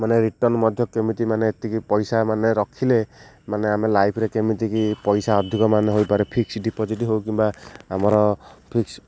ମାନେ ରିଟର୍ନ ମଧ୍ୟ କେମିତି ମାନେ ଏତିକି ପଇସା ମାନେ ରଖିଲେ ମାନେ ଆମେ ଲାଇଫରେ କେମିତିକି ପଇସା ଅଧିକ ମାନ ହୋଇପାରେ ଫିକ୍ସ ଡିପୋଜିଟ୍ ହଉ କିମ୍ବା ଆମର ଫିକ୍ସ